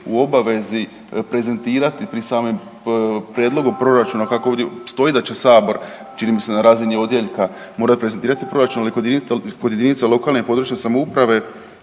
u obavezi prezentirati pri samom prijedlogu proračuna kako ovdje stoji da će sabor čini mi se na razini odjeljka morat prezentirati proračun, ali kod jedinica lokalne i područne samouprave